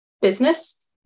Business